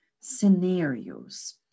scenarios